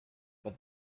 but